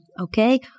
okay